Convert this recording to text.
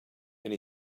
and